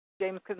James